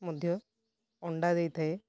ମଧ୍ୟ ଅଣ୍ଡା ଦେଇଥାଏ